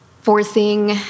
forcing